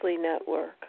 network